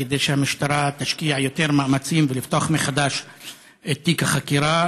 כדי שהמשטרה תשקיע יותר מאמצים בלפתוח מחדש את תיק החקירה,